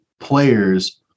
players